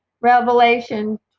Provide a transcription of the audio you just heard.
revelation